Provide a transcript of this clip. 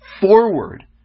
forward